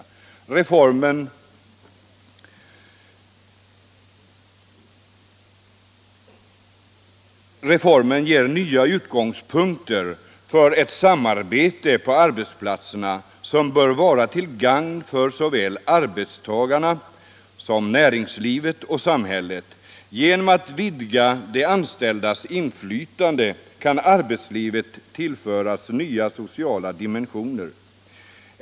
Reformen ger nya utgångspunkter för ett samarbete på arbetsplatserna som bör vara till gagn för såväl arbetstagarna som näringslivet och samhället. Genom att vidga de anställdas inflytande kan arbetslivet tillföras nya sociala dimensioner.